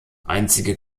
einzige